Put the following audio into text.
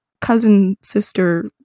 cousin-sister